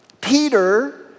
Peter